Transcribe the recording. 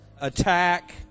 attack